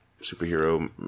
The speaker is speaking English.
superhero